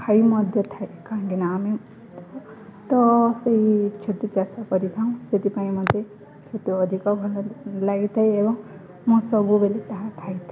ଖାଇ ମଧ୍ୟ ଥାଏ କାହିଁକି ନା ଆମେ ତ ସେହି ଛତୁ ଚାଷ କରିଥାଉଁ ସେଥିପାଇଁ ମୋତେ ଛତୁ ଅଧିକ ଭଲ ଲାଗିଥାଏ ଏବଂ ମୁଁ ସବୁବେଳେ ତାହା ଖାଇଥାଏ